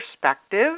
perspective